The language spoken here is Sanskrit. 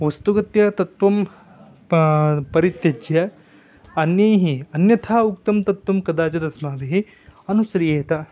वस्तुगत्या तत्वं परित्यज्य अन्यैः अन्यथा उक्तं तत्वं कदाचिदस्माभिः अनुश्रीयेत्